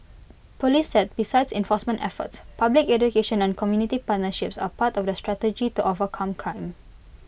Police said besides enforcement efforts public education and community partnerships are part of the strategy to overcome crime